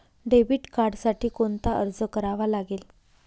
Debit कार्डसाठी कोणता अर्ज करावा लागेल?